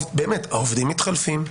העובדים מתחלפים,